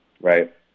right